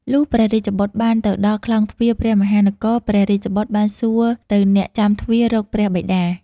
លុះព្រះរាជបុត្របានទៅដល់ក្លោងទ្វារព្រះមហានគរ ព្រះរាជបុត្របានសួរទៅអ្នកចាំទ្វាររកព្រះបិតា។